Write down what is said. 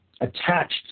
attached